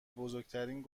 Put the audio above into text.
بزرگترین